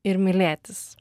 ir mylėtis